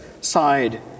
side